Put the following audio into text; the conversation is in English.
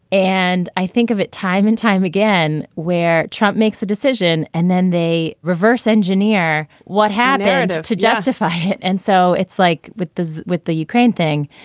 and i think of it time and time again where trump makes a decision and then they reverse engineer what happened to justify it. and so it's like with the with the ukraine thing,